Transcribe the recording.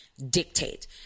dictate